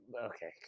okay